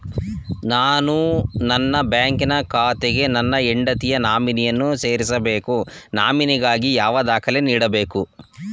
ನಾನು ನನ್ನ ಬ್ಯಾಂಕಿನ ಖಾತೆಗೆ ನನ್ನ ಹೆಂಡತಿಯ ನಾಮಿನಿಯನ್ನು ಸೇರಿಸಬೇಕು ನಾಮಿನಿಗಾಗಿ ಯಾವ ದಾಖಲೆ ನೀಡಬೇಕು?